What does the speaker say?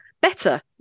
better